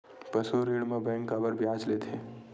पशु ऋण म बैंक काबर ब्याज लेथे?